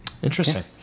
Interesting